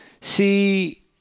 See